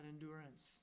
endurance